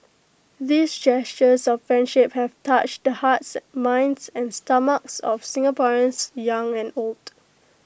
these gestures of friendship have touched the hearts minds and stomachs of Singaporeans young and old